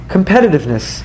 Competitiveness